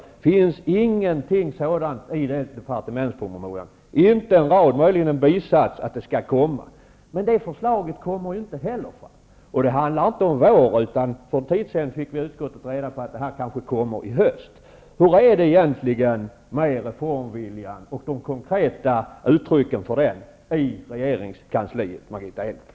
Det finns det inte någonting om i departementspromemorian -- inte en rad, möjligen en bisats om att ett sådant förslag skall framläggas. Men inte heller detta förslag kommer fram, åtminstone inte under våren. För en tid sedan fick vi i utskottet reda på att förslaget kanske kommer i höst. Hur är det egentligen med reformviljan och de konkreta uttrycken för den i regeringskansliet, Margitta Edgren?